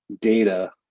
data